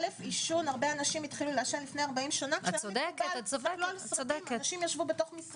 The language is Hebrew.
עישון הרבה אנשים ישבו בתוך משרדים,